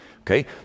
okay